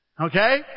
Okay